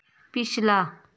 पिछला